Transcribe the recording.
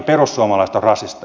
minä olin väärässä